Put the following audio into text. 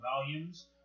volumes